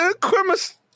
Christmas